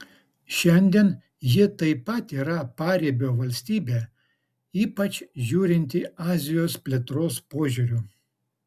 šiandien ji taip pat yra paribio valstybė ypač žiūrinti azijos plėtros požiūriu